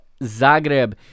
Zagreb